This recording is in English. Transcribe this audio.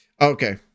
Okay